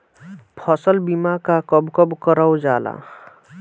फसल बीमा का कब कब करव जाला?